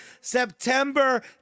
september